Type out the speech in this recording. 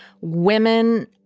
women